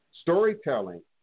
storytelling